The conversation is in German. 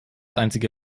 einzige